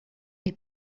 les